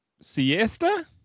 siesta